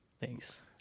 Thanks